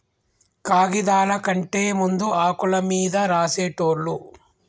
కాగిదాల కంటే ముందు ఆకుల మీద రాసేటోళ్ళు